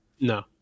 no